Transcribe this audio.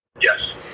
Yes